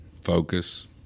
focus